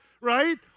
right